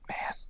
Man